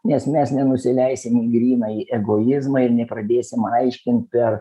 nes mes nenusileisim į grynąjį egoizmą ir nepradėsim aiškinti ar